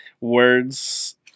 words